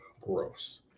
Gross